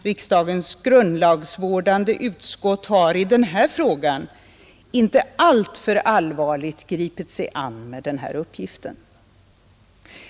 Riksdagens grundlagsvårdande utskott har i denna fråga inte alltför allvarligt gripit sig an med uppgiften.